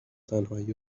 تنهایی